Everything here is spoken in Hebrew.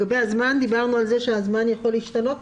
דיברנו על כך שהזמן יכול להשתנות,